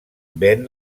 ven